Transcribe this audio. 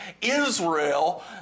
Israel